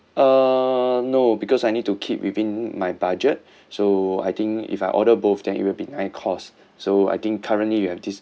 uh no because I need to keep within my budget so I think if I order both then it will be nine course so I think currently you have this